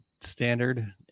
standard